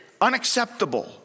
unacceptable